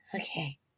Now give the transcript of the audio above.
okay